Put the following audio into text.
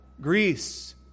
Greece